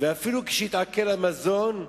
ואפילו כשיתעכל המזון".